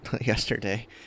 yesterday